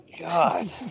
God